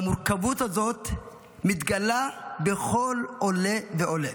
המורכבות הזאת מתגלה בכל עולה ועולה.